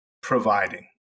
providing